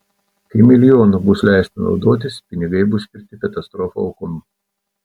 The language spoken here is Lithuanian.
kai milijonu bus leista naudotis pinigai bus skirti katastrofų aukoms